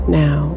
now